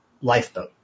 lifeboat